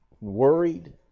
worried